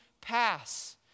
pass